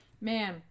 man